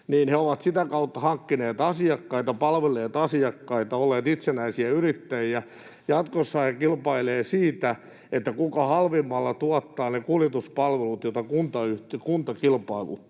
niin he ovat sitä kautta hankkineet asiakkaita, palvelleet asiakkaita, olleet itsenäisiä yrittäjiä. Jatkossa he kilpailevat siitä, kuka halvimmalla tuottaa ne kuljetuspalvelut, joita kunta kilpailuttaa.